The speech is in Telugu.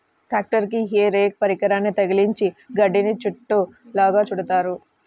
ట్రాక్టరుకి హే రేక్ పరికరాన్ని తగిలించి గడ్డిని చుట్టలుగా చుడుతారు